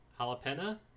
Jalapena